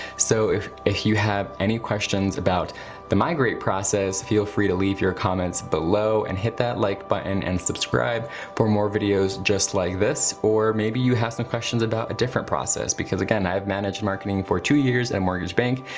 so if if you have any questions about the migrate process, feel free to leave your comments below and hit that like button and subscribe for more videos just like this or maybe you have some questions about a different process because again, i've managed marketing for two years in a and mortgage bank,